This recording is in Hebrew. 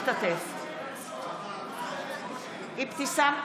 אינו משתתף בהצבעה אבתיסאם מראענה,